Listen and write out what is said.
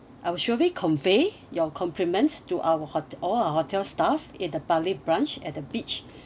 I will surely convey your compliment to our hot~ all our hotel staff in the bali branch at the beach